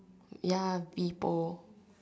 ya people